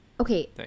Okay